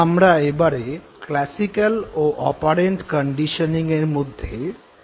আমরা এবারে ক্লাসিক্যাল ও অপারেন্ট কন্ডিশনিঙের মধ্যে পার্থক্য নিরূপণ করব